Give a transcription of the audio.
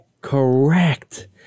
Correct